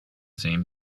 same